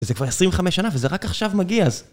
וזה כבר 25 שנה וזה רק עכשיו מגיע, אז...